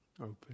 open